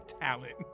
talent